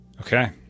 Okay